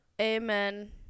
Amen